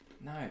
No